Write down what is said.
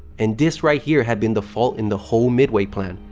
and this right here had been the fault in the whole midway plan.